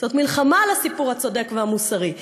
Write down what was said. זאת מלחמה על הסיפור הצודק והמוסרי.